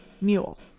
Mule